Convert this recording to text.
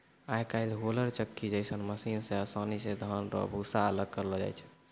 आय काइल होलर चक्की जैसन मशीन से आसानी से धान रो भूसा अलग करलो जाय छै